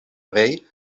rei